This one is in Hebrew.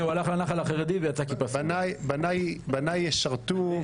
בניי ישרתו.